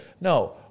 No